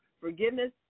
forgiveness